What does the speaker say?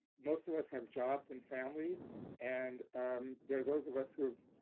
most of us have jobs and families. and there are those of us who have,